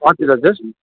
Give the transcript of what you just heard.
हजुर हजुर